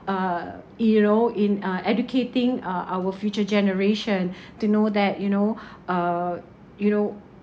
uh you know in uh educating uh our future generation to know that you know uh you know